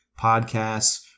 podcasts